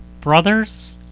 brothers